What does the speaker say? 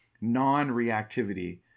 non-reactivity